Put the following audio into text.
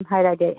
ꯍꯥꯏꯔꯛꯑꯒꯦ ꯑꯩ